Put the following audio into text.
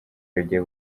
rugiye